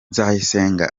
nzayisenga